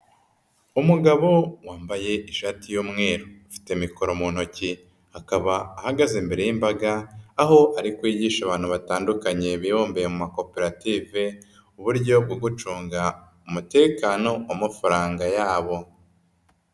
Umugabo wambaye ishati y'umweru ufite mikoro mu ntoki, akaba ahagaze imbere y'imbaga aho ari kwigisha abantu batandukanye bibumbiye mu makoperative, uburyo bwo gucunga umutekano w'amafaranga yabo.